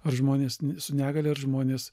ar žmonės su negalia ar žmonės